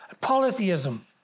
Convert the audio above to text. polytheism